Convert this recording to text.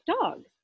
dogs